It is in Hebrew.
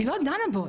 היא לא דנה בו.